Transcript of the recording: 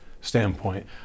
standpoint